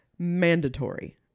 mandatory